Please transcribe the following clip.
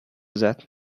that